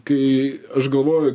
kai aš galvoju